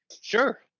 Sure